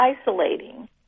isolating